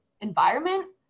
environment